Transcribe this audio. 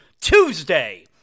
Tuesday